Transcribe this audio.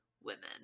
women